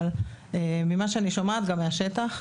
אבל ממה שאני שומעת מהשטח,